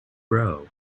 bro